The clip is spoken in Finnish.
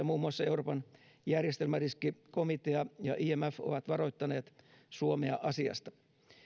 muun muassa euroopan järjestelmäriskikomitea ja imf ovat varoittaneet suomea asiasta